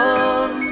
on